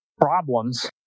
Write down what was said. problems